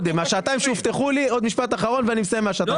מהשעתיים שהובטחו לי עוד משפט אחרון ואני מסיים את השעתיים שהובטחו לי.